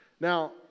Now